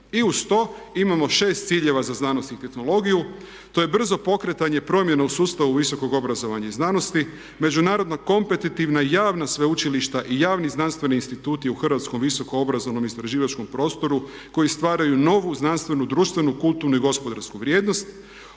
I uz to imamo 6 ciljeva za znanost i tehnologiju. To je brzo pokretanje promjena u sustavu visokog obrazovanja i znanosti, međunarodna kompetitivna javna sveučilišta i javni znanstveni instituti u hrvatskom visokoobrazovanom istraživačkom prostoru koji stvaraju novu znanstvenu, društvenu, kulturnu i gospodarsku vrijednost.